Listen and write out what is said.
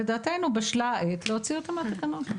לדעתנו בשלה העת להוציא אותם מהתקנות.